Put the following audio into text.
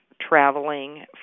traveling